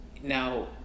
Now